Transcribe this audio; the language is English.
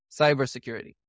cybersecurity